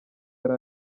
yari